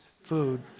food